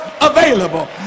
available